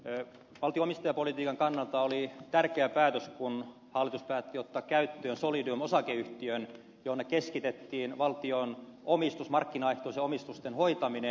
valtion omistajapolitiikan kannalta oli tärkeä päätös kun hallitus päätti ottaa käyttöön solidium osakeyhtiön jonne keskitettiin valtion markkinaehtoisten omistusten hoitaminen